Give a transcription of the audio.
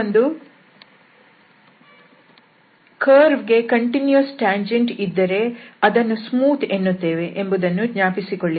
ಒಂದು ಕರ್ವ್ ಗೆ continuous tangent ಇದ್ದರೆ ಅದನ್ನು ಸ್ಮೂತ್ ಎನ್ನುತ್ತೇವೆ ಎಂಬುದನ್ನು ಜ್ಞಾಪಿಸಿಕೊಳ್ಳಿ